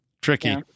Tricky